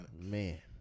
man